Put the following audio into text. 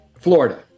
Florida